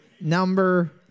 number